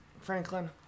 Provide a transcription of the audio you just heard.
Franklin